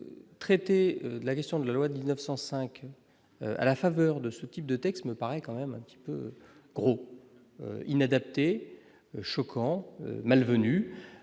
traiter la question de la loi de 1905, à la faveur de ce type de texte me paraît quand même un petit peu gros inadaptés, choquants malvenu,